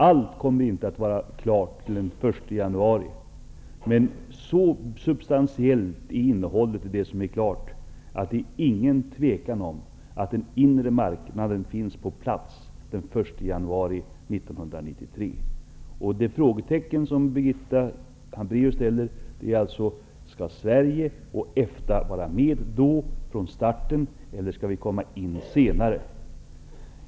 Allt kommer inte att vara klart till den 1 januari, men innehållet i det som är klart är så substantiellt att det inte är något tvivel om att den inre marknaden finns på plats den 1 Det frågetecken som Birgitta Hambraeus ställer upp gäller alltså om Sverige och EFTA skall vara med från starten eller om vi skall komma in senare.